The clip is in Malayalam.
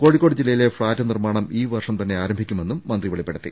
കോഴിക്കോട് ജില്ല യിലെ ഫ്ളാറ്റ് നിർമാണം ഈ വർഷം തന്നെ ആരംഭിക്കുമെന്നും മന്ത്രി വെളിപ്പെടുത്തി